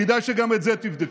חבר הכנסת, כדאי שגם את זה תבדקו.